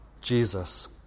Jesus